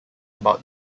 about